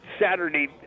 Saturday